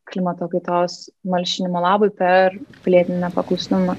klimato kaitos malšinimo labui per pilietinį nepaklusnumą